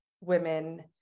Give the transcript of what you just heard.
women